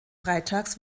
freitags